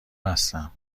هستم